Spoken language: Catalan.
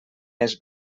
més